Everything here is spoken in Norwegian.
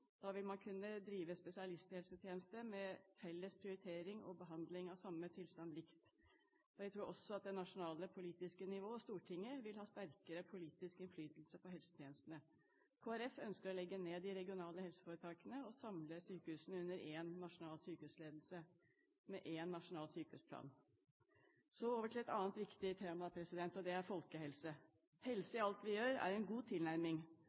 Da vil man kunne drive spesialisthelsetjeneste med felles prioritering og behandling av samme tilstand likt. Jeg tror også at det nasjonale politiske nivået, Stortinget, vil ha sterkere politisk innflytelse på helsetjenestene. Kristelig Folkeparti ønsker å legge ned de regionale helseforetakene og samle sykehusene under én nasjonal sykehusledelse med én nasjonal sykehusplan. Så over til et annet viktig tema, og det er folkehelse. Helse i alt vi gjør, er en god tilnærming.